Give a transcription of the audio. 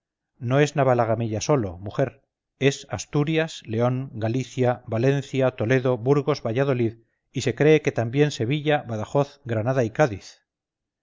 no es navalagamella sólo mujer es asturias león galicia valencia toledo burgos valladolid y se cree que también sevilla badajoz granada y cádiz